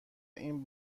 این